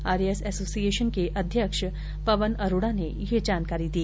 RAS association के अध्यक्ष पवन अरोडा ने ये जानकारी दी